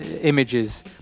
images